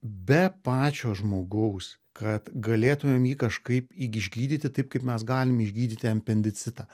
be pačio žmogaus kad galėtumėm jį kažkaip išgydyti taip kaip mes galim išgydyti apendicitą